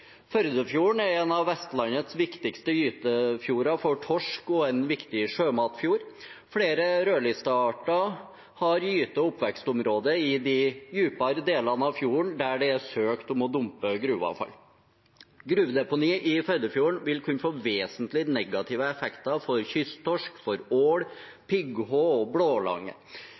Førdefjorden er en av Vestlandets viktigste gytefjorder for torsk og en viktig sjømatfjord. Flere rødlistearter har gyte- og oppvekstområde i de dypere delene av fjorden, der det er søkt om å dumpe gruveavfall. Gruvedeponiet i Førdefjorden vil kunne få vesentlig negative effekter for kysttorsk og for ål, pigghå og blålange.